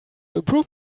improve